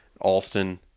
Alston